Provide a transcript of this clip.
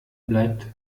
bleibt